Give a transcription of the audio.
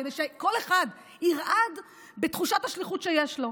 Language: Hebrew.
כדי שכל אחד ירעד מתחושת השליחות שיש לו.